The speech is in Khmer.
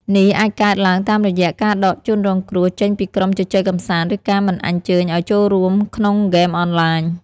នេះអាចកើតឡើងតាមរយៈការដកជនរងគ្រោះចេញពីក្រុមជជែកកម្សាន្ត ឬការមិនអញ្ជើញឲ្យចូលរួមក្នុងហ្គេមអនឡាញ។